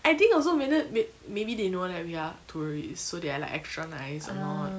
I think also may maybe they know like we are tourists so they are like extra nice and all